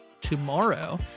tomorrow